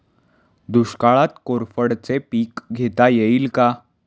दुष्काळात कोरफडचे पीक घेता येईल का?